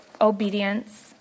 obedience